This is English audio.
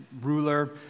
ruler